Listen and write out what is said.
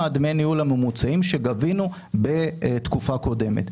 דמי הניהול הממוצעים שגבינו בתקופה קודמת,